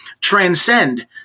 transcend